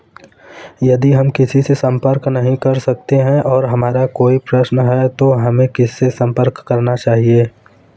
यदि हम किसी से संपर्क नहीं कर सकते हैं और हमारा कोई प्रश्न है तो हमें किससे संपर्क करना चाहिए?